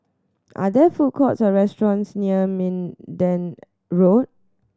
are there food courts or restaurants near Minden Road